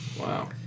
Wow